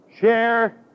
share